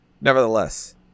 Nevertheless